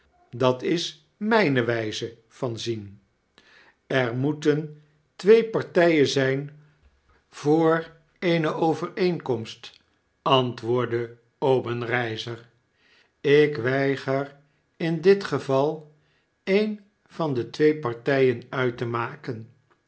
dat is mpe wpe van zien er moeten twee partpn zp voor eene overeenkomst antwoordde obenreizer lk weiger in dit geval een van de twee partjjen uit te maken